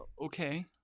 Okay